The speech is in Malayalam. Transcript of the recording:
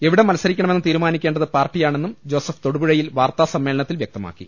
എവിടെ മത്സരിക്ക് ണമെന്ന് തീരുമാനിക്കേണ്ടത് പാർട്ടിയാ ണെന്നും ജോസഫ് തൊടുപുഴയിൽ വാർത്താ സമ്മേളനത്തിൽ വൃക്തമാക്കി